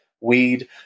weed